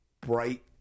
bright